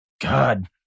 God